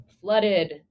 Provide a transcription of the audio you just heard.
flooded